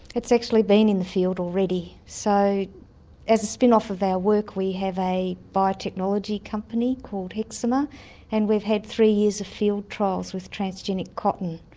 it's actually been in the field already. so as a spin-off of our work we have a biotechnology company called hexima and we've had three years of field trials with transgenic cotton,